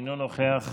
אינו נוכח,